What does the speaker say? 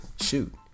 shoot